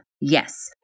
Yes